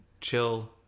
chill